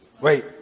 Wait